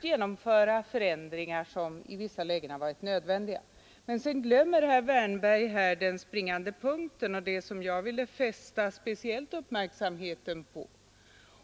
Men herr Wärnberg glömmer vad som är den springande punkten och det som jag speciellt har velat fästa uppmärksamheten på.